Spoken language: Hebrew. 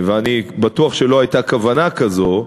ואני בטוח שלא הייתה כוונה כזו,